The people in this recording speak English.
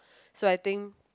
so I think